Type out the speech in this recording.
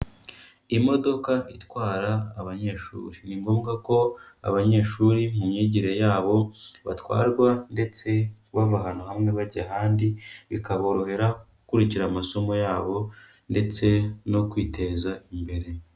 Imodoka itwara abanyeshuri, ni ngombwa ko abanyeshuri mu myigire yabo batwarwa ndetse bava ahantu hamwe bajya ahandi, bikaborohera gukurikira amasomo yabo ndetse no kwiteza imbere.